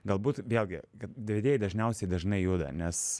galbūt vėlgi kad vedėjai dažniausiai dažnai juda nes